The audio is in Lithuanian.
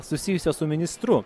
susijusio su ministru